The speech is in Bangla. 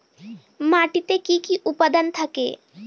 মাটিতে কি কি উপাদান থাকে?